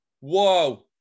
Whoa